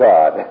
God